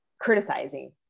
criticizing